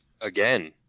Again